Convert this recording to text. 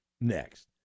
next